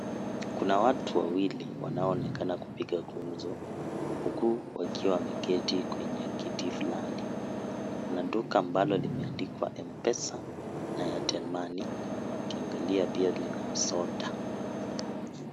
Kuna watu wawili wanaoonekana kupiga gumzo huku wakiwa wameketi kwenye kiti fulani. Kuna Duka ambalo limeandikwa " mpesa" na " Airtel Money ". Ukiangalia pia Lina soda.